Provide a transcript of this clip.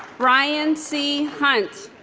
ryan c. hunt